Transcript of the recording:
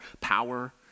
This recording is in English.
power